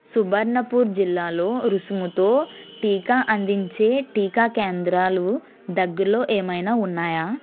సుబర్ణపూర్ జిల్లాలో రుసుముతో టీకా అందించే టీకా కేంద్రాలు దగ్గరలో ఏమైనా ఉన్నాయా